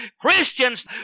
Christians